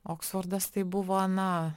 oksfordas tai buvo na